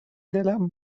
دلم